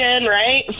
right